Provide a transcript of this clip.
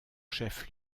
chef